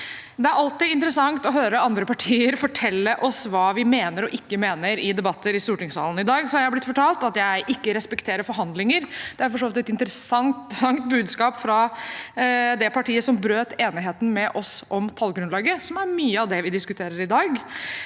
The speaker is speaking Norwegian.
Det er alltid interessant å høre andre partier fortelle oss hva vi mener og ikke mener i debatter i stortingssalen. I dag har jeg blitt fortalt at jeg ikke respekterer forhandlinger. Det er for så vidt et interessant budskap fra det partiet som brøt enigheten med oss om tallgrunnlag et, som er mye av det vi diskuterer i dag.